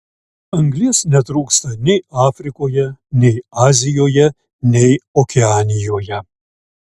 anglies netrūksta nei afrikoje nei azijoje nei okeanijoje